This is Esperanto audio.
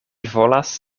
volas